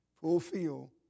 Fulfill